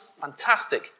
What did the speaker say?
fantastic